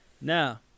Now